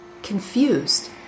confused